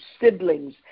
siblings